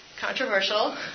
Controversial